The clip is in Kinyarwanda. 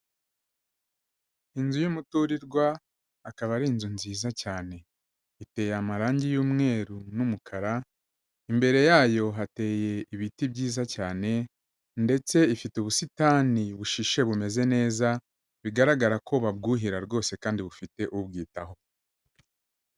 Inzu y'umuturirwa, akaba ari inzu nziza cyane, iteye amarangi y'umweru n'umukara, imbere yayo hateye ibiti byiza cyane ndetse ifite ubusitani bushishe bumeze neza, bigaragara ko babwuhira rwose kandi bufite ubwitaho.